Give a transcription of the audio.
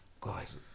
guys